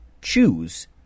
choose